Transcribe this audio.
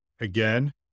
again